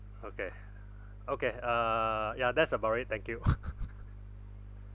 okay okay uh ya that's about it thank you